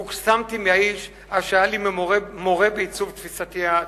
הוקסמתי מהאיש אשר היה לי מורה בעיצוב תפיסתי הציונית.